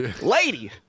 Lady